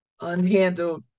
unhandled